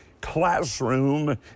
classroom